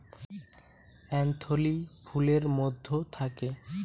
ভ্রূণথলি ফুলের মধ্যে থাকে